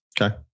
Okay